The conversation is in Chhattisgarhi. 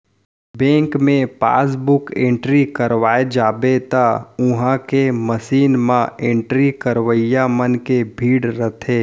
बेंक मे पासबुक एंटरी करवाए जाबे त उहॉं के मसीन म एंट्री करवइया मन के भीड़ रथे